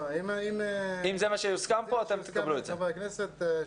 --- חבר הכנסת,